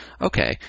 Okay